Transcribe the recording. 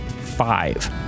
five